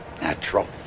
Natural